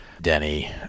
Denny